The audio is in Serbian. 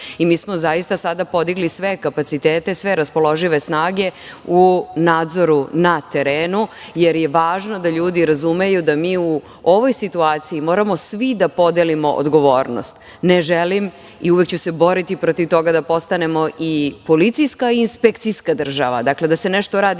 Mi smo zaista sada podigli sve kapacitete, sve raspoložive snage u nadzoru na terenu, jer je važno da ljudi razumeju da mi u ovoj situaciji moramo svi da podelimo odgovornost. Ne želim i uvek ću se boriti protiv toga da postanemo i policijska i inspekcija država. Dakle, da se nešto radi